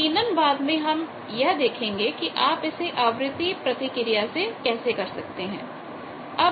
यकीनन बाद में हम यह देखेंगे कि आप इसे आवृत्ति प्रतिक्रिया से कैसे कर सकते हैं